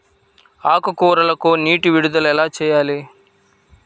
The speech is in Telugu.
ఆకుకూరలకు నీటి విడుదల ఎలా చేయాలి?